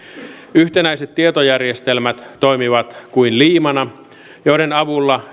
yhtenäiset tietojärjestelmät toimivat kuin liimana joiden avulla